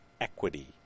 equity